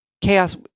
chaos